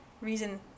reason